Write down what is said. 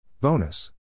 Bonus